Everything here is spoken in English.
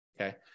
Okay